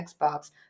Xbox